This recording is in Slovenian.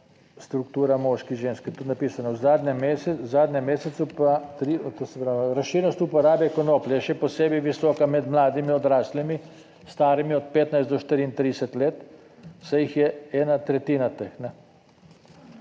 struktura moških, žensk - je tu napisano v zadnjem mesecu pa tri. To se pravi, razširjenost uporabe konoplje je še posebej visoka med mladimi odraslimi, starimi od 15 do 34 let, saj jih je ena tretjina teh.